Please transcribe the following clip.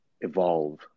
evolve